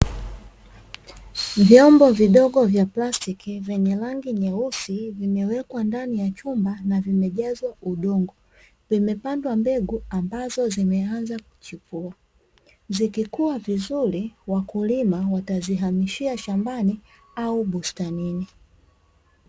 Vyombo vidogo vya plastiki vyenye rangi nyeusi, vimewekwa ndani ya chumba na vimejazwa udongo, vimepandwa mbegu ambazo zimeanza kuchipua, zikikua vizuri wakulima watazihamishia shambani au bustanini.